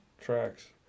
tracks